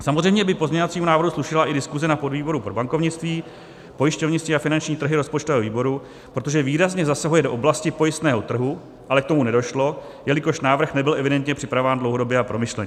Samozřejmě by pozměňovacímu návrhu slušela i diskuse na podvýboru pro bankovnictví, pojišťovnictví a finanční trhy rozpočtového výboru, protože výrazně zasahuje do oblasti pojistného trhu, ale k tomu nedošlo, jelikož návrh nebyl evidentně připravován dlouhodobě a promyšleně.